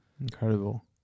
Incredible